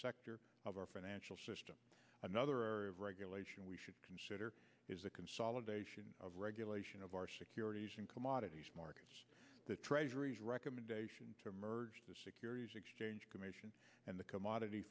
sector of our financial system another area of regulation we should consider is the consolidation of regulation of our securities and commodities markets the treasury's recommendation to merge the securities exchange commission and the commodity